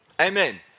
Amen